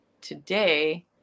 today